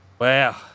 Wow